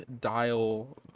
dial